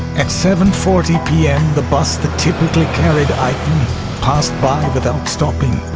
at seven forty pm, the bus that typically carried eichmann passed by without stopping.